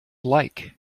like